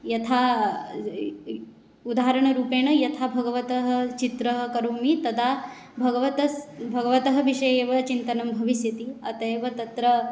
यथा उदाहरणरूपेण यथा भगवतः चित्रं करोमि तदा भगवतः भगवतः विषये एव चिन्तनं भविष्यति अतः एव तत्र